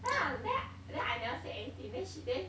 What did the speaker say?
then I then then I never say anything then she then